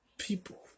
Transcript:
People